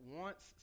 wants